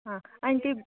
ಹಾಂ ಆಂಟಿ